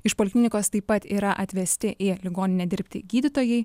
iš poliklinikos taip pat yra atvesti į ligoninę dirbti gydytojai